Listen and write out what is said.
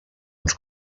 ens